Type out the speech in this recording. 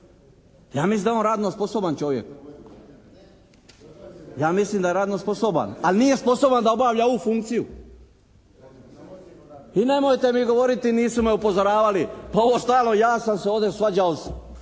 Ja mislim da je on radno sposoban čovjek. Ja mislim da je radno sposoban. A nije sposoban da obavlja ovu funkciju. I nemojte mi govoriti nisu me upozoravali. Pa ovo stalno ja sam se ovdje svađao